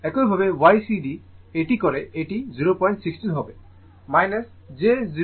একইভাবে Ycd এটি করে এটি 016 হবে j 012 mho